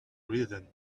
reason